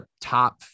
top